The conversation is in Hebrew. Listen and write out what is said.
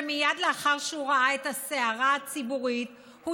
שמייד לאחר שהוא ראה את הסערה הציבורית הוא